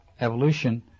evolution